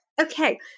Okay